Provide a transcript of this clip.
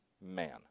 man